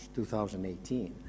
2018